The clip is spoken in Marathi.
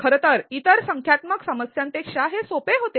खरं तर इतर संख्यात्मक समस्यांपेक्षा हे सोपे होते